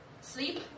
Sleep